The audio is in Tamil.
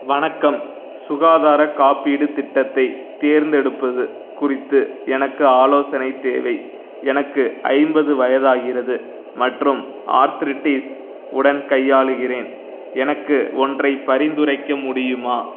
வணக்கம் சுகாதாரக் காப்பீடுத் திட்டத்தைத் தேர்ந்தெடுப்பது குறித்து எனக்கு ஆலோசனை தேவை எனக்கு ஐம்பது வயதாகிறது மற்றும் ஆர்திரிடிஸ் உடன் கையாளுகிறேன் எனக்கு ஒன்றை பரிந்துரைக்க முடியுமா